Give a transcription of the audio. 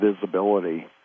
visibility